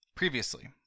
Previously